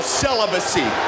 celibacy